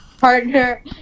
partner